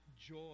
joy